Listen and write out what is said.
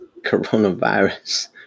Coronavirus